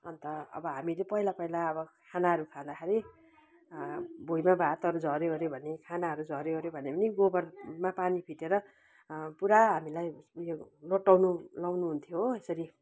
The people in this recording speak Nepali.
अन्त अब हामीले पहिला पहिला अब खानाहरू खाँदाखेरि भुइँमा भातहरू झऱ्यो भने खानाहरू झऱ्योओर्यो भने पनि गोबरमा पानी फिटेर पुरा हामीलाई उयो लोटाउनु लगाउनु हुन्थ्यो यसरी